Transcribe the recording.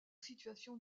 situation